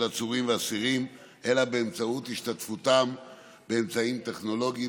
עצורים ואסירים אלא באמצעות השתתפותם באמצעים טכנולוגיים,